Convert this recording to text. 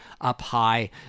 up-high